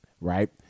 right